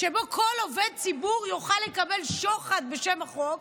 שבו כל עובד ציבור יוכל לקבל שוחד בשם החוק,